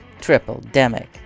triple-demic